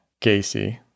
Gacy